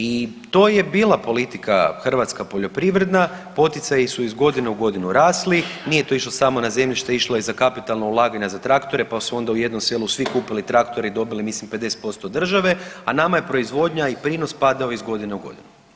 I to je bila politika hrvatska poljoprivredna, poticaji su iz godine u godinu rasli, nije to išlo samo na zemljište, išlo je i za kapitalna ulaganja za traktore, pa su onda u jednom selu svi kupili traktore i dobili mislim 50% od države, a nama je proizvodnja i prinos padao iz godine u godinu.